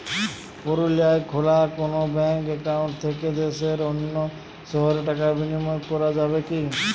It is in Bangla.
পুরুলিয়ায় খোলা কোনো ব্যাঙ্ক অ্যাকাউন্ট থেকে দেশের অন্য শহরে টাকার বিনিময় করা যাবে কি?